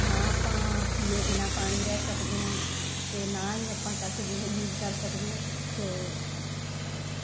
ਨਾ ਆਪਾਂ ਪੀਏ ਬਿਨਾਂ ਪਾਣੀ ਰਹਿ ਸਕਦੇ ਹੈ ਅਤੇ ਨਾ ਹੀ ਆਪਾਂ ਕਾਸੇ ਬਿਨਾਂ ਯੂਜ਼ ਕਰ ਸਕਦੇ ਹੈ ਸੋ ਓਕੇ